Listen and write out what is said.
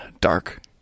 Dark